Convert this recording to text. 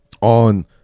on